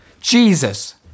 Jesus